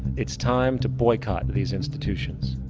it's time to boycott these institutions.